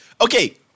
Okay